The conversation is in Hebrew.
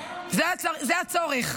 זה הצורך,